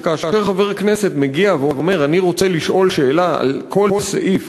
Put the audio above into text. שכאשר חבר כנסת מגיע ואומר: אני רוצה לשאול שאלה על כל סעיף,